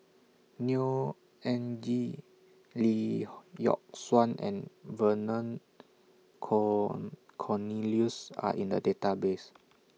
Neo Anngee Lee Yock Suan and Vernon corn Cornelius Are in The Database